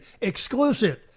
Exclusive